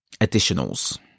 additionals